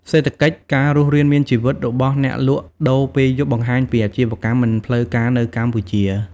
សេដ្ឋកិច្ចការរស់រានមានជីវិតរបស់អ្នកលក់ដូរពេលយប់បង្ហាញពីអាជីវកម្មមិនផ្លូវការនៅកម្ពុជា។